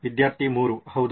ವಿದ್ಯಾರ್ಥಿ 3 ಹೌದು